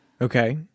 Okay